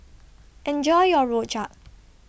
Enjoy your Rojak